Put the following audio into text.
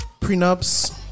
Prenups